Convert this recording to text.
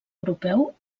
europeu